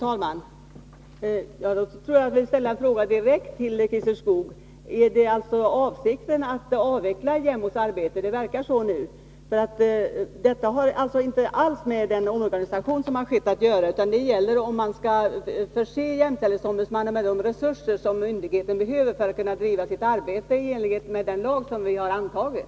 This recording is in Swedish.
Herr talman! Jag vill ställa en fråga direkt till Christer Skoog: Är avsikten att avveckla jämställdhetsombudsmannens arbete? Det verkar så nu. Detta har inte alls att göra med den organisation som fastställts, utan frågan är om man skall förse jämställdhetsombudsmannen med de resurser som myndigheten behöver för att kunna bedriva sitt arbete i enlighet med den lag som vi har antagit.